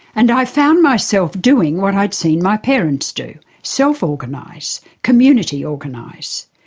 and i found myself doing what i'd seen my parents do self organise, community organise.